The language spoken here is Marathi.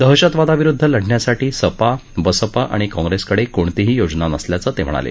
दहशतवादाविरुद्ध लढण्यासाठी सपा बसपा आणि काँग्रेसकडे कोणतीही योजना नसल्याचं ते म्हणाले